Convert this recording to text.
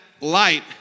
light